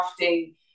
crafting